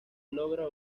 logra